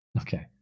Okay